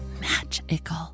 magical